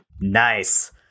nice